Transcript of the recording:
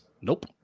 Nope